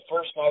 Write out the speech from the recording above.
first